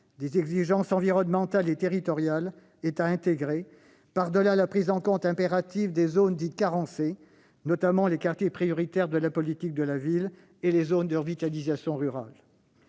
des exigences environnementales et territoriales est à intégrer, au-delà de la prise en compte impérative des zones dites carencées, notamment les quartiers prioritaires de la politique de la ville et les zones de revitalisation rurale